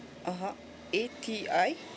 (uh huh) A T I